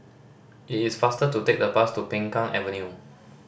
it is faster to take the bus to Peng Kang Avenue